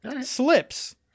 slips